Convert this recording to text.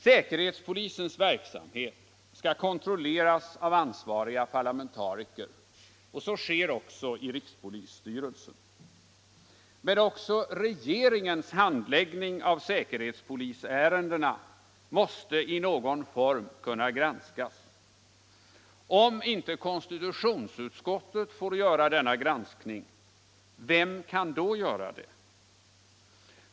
Säkerhetspolisens verksamhet skall kontrolleras av ansvariga parlamentariker, och så sker också i rikspolisstyrelsen. Men även regeringens handläggning av säkerhetspolisärendena måste i någon form kunna granskas. Om inte konstitutionsutskottet får göra denna granskning, vem kan då göra den?